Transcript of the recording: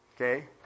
Okay